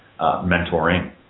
mentoring